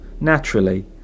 naturally